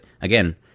again